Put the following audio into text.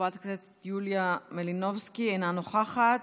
חברת הכנסת יוליה מלינובסקי, אינה נוכחת.